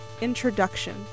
Introduction